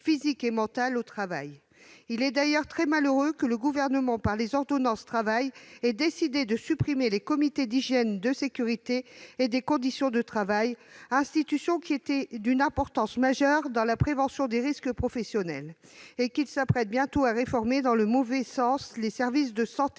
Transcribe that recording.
physique et mentale. Il est d'ailleurs très malheureux que le Gouvernement ait décidé, dans les ordonnances « Travail », de supprimer les comités d'hygiène, de sécurité et des conditions de travail, institutions qui jouaient un rôle majeur dans la prévention des risques professionnels, et qu'il s'apprête à réformer dans le mauvais sens les services de santé